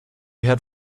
had